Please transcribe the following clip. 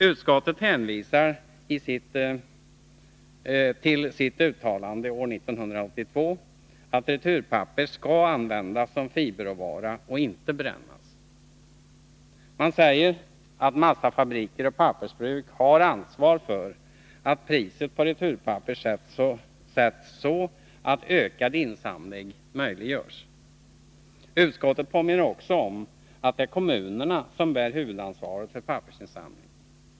Utskottet hänvisar till sitt uttalande år 1982 att returpapper skall användas som fiberråvara och inte brännas. Man säger att massafabriker och pappersbruk har ansvar för att priset på returpapper sätts så att ökad insamling möjliggörs. Utskottet påminner också om att det är kommunerna som bär huvudansvaret för pappersinsamlingen.